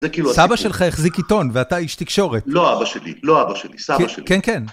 סבא שלך החזיק עיתון ואתה איש תקשורת. לא אבא שלי, לא אבא שלי, סבא שלי. כן כן.